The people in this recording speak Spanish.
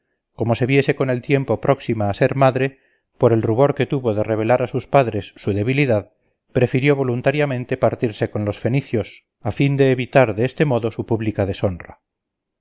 como se viese con el tiempo próxima a ser madre por el rubor que tuvo de revelará sus padres su debilidad prefirió voluntariamente partirse con los fenicios a da de evitar de este modo su pública deshonra